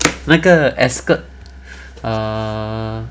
那个 ascott err